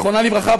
זיכרונה לברכה,